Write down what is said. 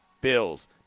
Bills